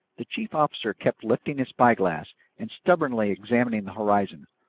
the chief officer kept lifting his spyglass and stubbornly examining the horizon,